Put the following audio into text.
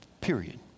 period